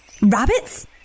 Rabbits